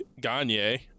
Gagne